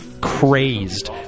crazed